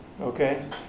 Okay